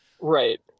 right